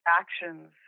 actions